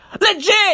Legit